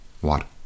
What